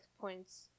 points